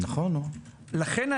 לכן,